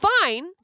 fine